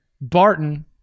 Barton